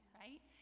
right